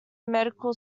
medical